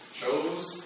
chose